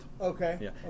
okay